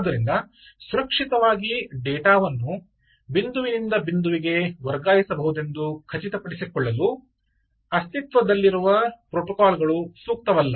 ಆದ್ದರಿಂದ ಸುರಕ್ಷಿತವಾಗಿ ಡೇಟಾವನ್ನು ಬಿಂದುವಿನಿಂದ ಬಿಂದುವಿಗೆ ವರ್ಗಾಯಿಸಬಹುದೆಂದು ಖಚಿತಪಡಿಸಿಕೊಳ್ಳಲು ಅಸ್ತಿತ್ವದಲ್ಲಿರುವ ಪ್ರೋಟೋಕಾಲ್ ಗಳು ಸೂಕ್ತವಲ್ಲ